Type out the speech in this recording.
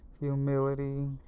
humility